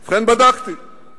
אז בוא תעשה אתה.